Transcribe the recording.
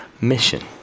mission